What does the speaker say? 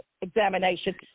examination